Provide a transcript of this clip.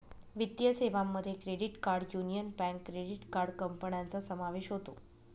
वित्तीय सेवांमध्ये credit card union bank credit card कंपन्यांचा समावेश होतो